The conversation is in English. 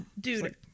Dude